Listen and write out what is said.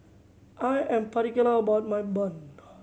I am particular about my bun